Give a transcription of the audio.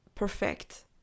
perfect